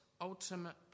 ultimate